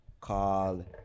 called